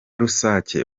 rusake